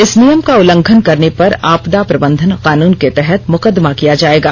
इस नियम का उल्लंघन करने पर आपदा प्रबंधन कानून के तहत मुकदमा किया जाएगा